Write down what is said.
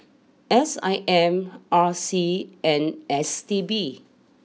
S I M R C and S T B